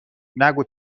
نگو